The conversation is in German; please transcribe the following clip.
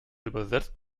übersetzt